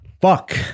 fuck